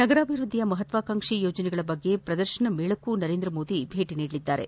ನಗರಾಭಿವೃದ್ದಿಯ ಮಹತ್ವಾಕಾಂಕ್ಷಿ ಯೋಜನೆಗಳ ಕುರಿತ ಪ್ರದರ್ಶನ ಮೇಳಕ್ಕೂ ನರೇಂದ್ರ ಮೋದಿ ಭೇಟ ನೀಡಲಿದ್ದು